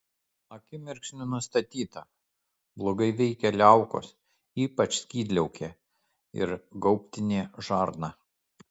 akimirksniu nustatyta blogai veikia liaukos ypač skydliaukė ir gaubtinė žarna